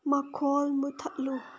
ꯃꯈꯣꯜ ꯃꯨꯊꯠꯂꯨ